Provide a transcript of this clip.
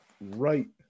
right